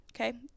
okay